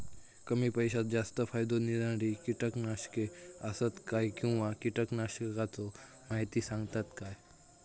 कमी पैशात जास्त फायदो दिणारी किटकनाशके आसत काय किंवा कीटकनाशकाचो माहिती सांगतात काय?